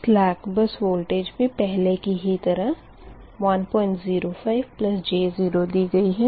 सलेक bus voltage भी पहले की ही तरह 105j 0 दी गाई है